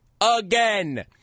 again